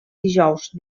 dijous